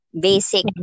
basic